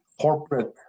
corporate